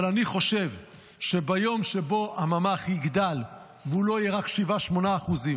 אבל אני חושב שביום שבו הממ"ח יגדל והוא לא יהיה רק 8%-7%,